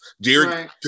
Jerry